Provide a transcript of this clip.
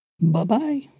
Bye-bye